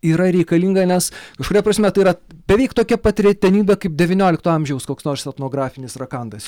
yra reikalinga nes kažkuria prasme tai yra beveik tokia pat retenybė kaip devyniolikto amžiaus koks nors etnografinis rakandas